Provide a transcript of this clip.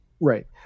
Right